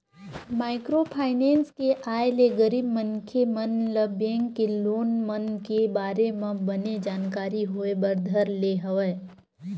micro finance के आय ले गरीब मनखे मन ल बेंक के लोन मन के बारे म बने जानकारी होय बर धर ले हवय